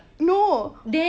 no